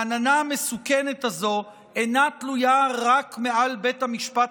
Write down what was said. העננה המסוכנת הזו אינה תלויה רק מעל בית המשפט